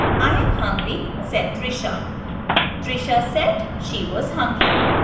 i am hungry, said trisha trisha said she was hungry.